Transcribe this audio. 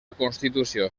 constitució